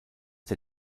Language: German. der